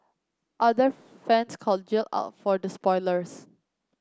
other fans called Jill out for the spoilers